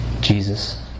Jesus